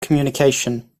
communication